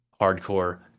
hardcore